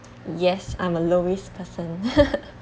yes I'm a low risk person